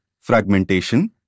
fragmentation